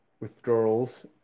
withdrawals